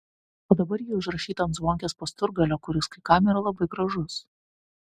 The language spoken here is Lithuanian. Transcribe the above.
o dabar ji užrašyta ant zvonkės pasturgalio kuris kai kam yra labai gražus